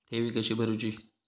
ठेवी कशी भरूची?